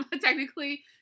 technically